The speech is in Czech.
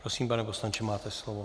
Prosím, pane poslanče, máte slovo.